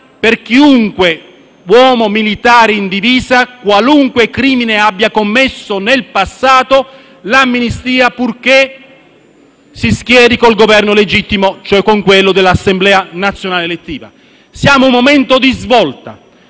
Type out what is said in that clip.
per qualunque uomo militare in divisa, qualunque crimine abbia commesso nel passato, purché si schieri con il Governo legittimo, cioè con quello dell'Assemblea nazionale elettiva. Siamo a un momento di svolta